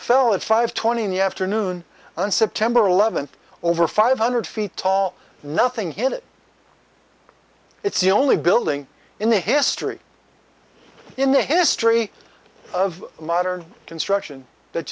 fell at five twenty in the afternoon on september eleventh over five hundred feet tall nothing hit it it's the only building in the history in the history of modern construction